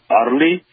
early